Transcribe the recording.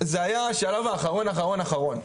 זה היה השלב האחרון, האחרון.